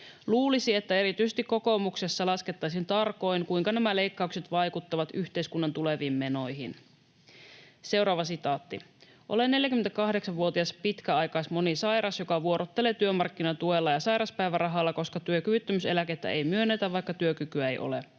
Luulisi, että erityisesti kokoomuksessa laskettaisiin tarkoin, kuinka nämä leikkaukset vaikuttavat yhteiskunnan tuleviin menoihin.” ”Olen 48-vuotias pitkäaikaismonisairas, joka vuorottelee työmarkkinatuella ja sairaspäivärahalla, koska työkyvyttömyyseläkettä ei myönnetä, vaikka työkykyä ei ole.